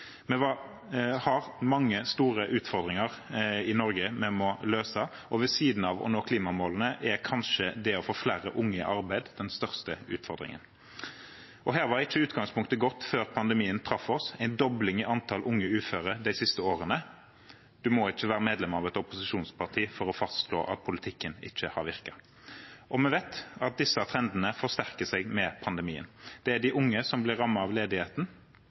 Vi har mange store utfordringer i Norge vi må løse, og ved siden av å nå klimamålene er kanskje det å få flere unge i arbeid den største utfordringen. Her var ikke utgangspunktet godt før pandemien traff oss, med en dobling i antall unge uføre de siste årene. Man må ikke være medlem av et opposisjonsparti for å fastslå at politikken ikke har virket. Vi vet at disse trendene forsterker seg med pandemien. Det er de unge som blir rammet av ledigheten